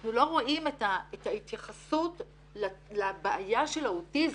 אנחנו לא רואים את ההתייחסות לבעיה של האוטיזם.